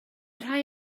rhai